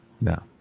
No